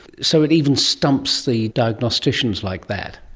so it even stumps the diagnosticians like that.